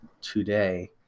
today